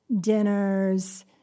dinners